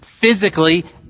physically